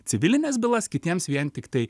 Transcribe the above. civilines bylas kitiems vien tiktai